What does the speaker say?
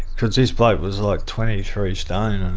because this bloke was like twenty three stone, and um